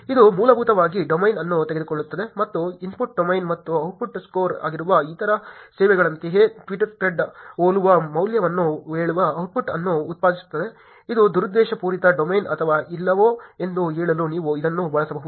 ಇದು ಮೂಲಭೂತವಾಗಿ ಡೊಮೇನ್ ಅನ್ನು ತೆಗೆದುಕೊಳ್ಳುತ್ತದೆ ಮತ್ತು ಇನ್ಪುಟ್ ಡೊಮೇನ್ ಮತ್ತು ಔಟ್ಪುಟ್ ಸ್ಕೋರ್ ಆಗಿರುವ ಇತರ ಸೇವೆಗಳಂತೆಯೇ ಟ್ವೀಟ್ಕ್ರೆಡ್ಗೆ ಹೋಲುವ ಮೌಲ್ಯವನ್ನು ಹೇಳುವ ಔಟ್ಪುಟ್ ಅನ್ನು ಉತ್ಪಾದಿಸುತ್ತದೆ ಇದು ದುರುದ್ದೇಶಪೂರಿತ ಡೊಮೇನ್ ಅಥವಾ ಇಲ್ಲವೋ ಎಂದು ಹೇಳಲು ನೀವು ಇದನ್ನು ಬಳಸಬಹುದು